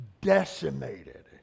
decimated